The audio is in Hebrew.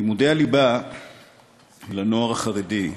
לימודי הליבה לנוער החרדי,